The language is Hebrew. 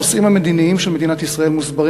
הנושאים המדיניים של מדינת ישראל מוסברים